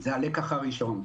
- זה הלקח הראשון.